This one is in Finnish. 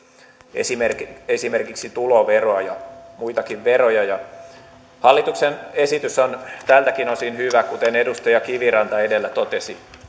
esimerkiksi esimerkiksi tuloveroa ja muitakin veroja ja hallituksen esitys on tältäkin osin hyvä kuten edustaja kiviranta edellä totesi